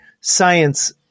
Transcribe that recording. science